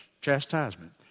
chastisement